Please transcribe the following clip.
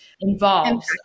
involved